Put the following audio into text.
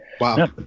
wow